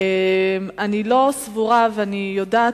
אני יודעת,